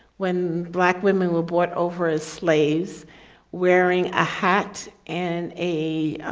when black women were brought over as slaves wearing a hat and a,